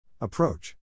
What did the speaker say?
Approach